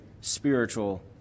spiritual